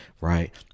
Right